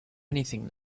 anything